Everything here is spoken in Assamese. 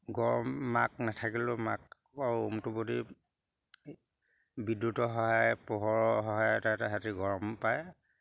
গৰম মাক নাথাকিলেও মাকৰ ওমটো বিদ্যুতৰ সহায় পোহৰৰ সহায় তাহাঁতি গৰম পায়